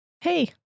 Hey